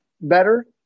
better